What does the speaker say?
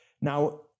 Now